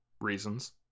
reasons